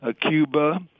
Cuba